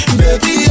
baby